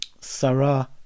Sarah